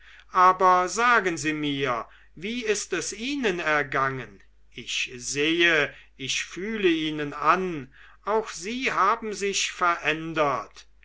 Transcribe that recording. aber sagen sie mir wie ist es ihnen ergangen ich sehe ich fühle ihnen an auch sie haben sich verändert